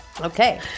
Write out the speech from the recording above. Okay